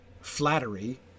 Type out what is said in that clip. flattery